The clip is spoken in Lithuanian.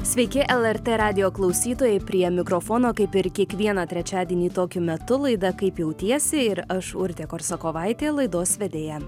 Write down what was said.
sveiki lrt radijo klausytojai prie mikrofono kaip ir kiekvieną trečiadienį tokiu metu laida kaip jautiesi ir aš urtė korsakovaitė laidos vedėja